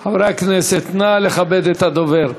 חברי הכנסת, נא לכבד את הדובר.